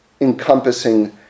encompassing